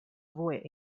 avoid